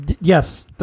Yes